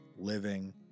living